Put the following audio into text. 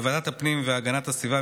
בוועדת הפנים והגנת הסביבה,